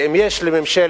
ואם יש לממשלת